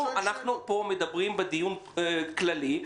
אנחנו פה מדברים בדיון כללי.